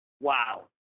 Wow